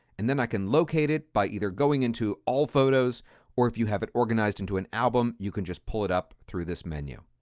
and then i can locate it by either going into all photos or if you have it organized into an album, you can just pull it up through this menu.